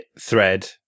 thread